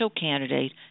candidate